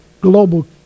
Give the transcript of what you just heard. global